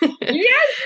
Yes